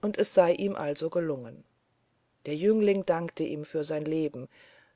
und es sei ihm also gelungen der jüngling dankte ihm für sein leben